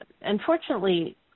Unfortunately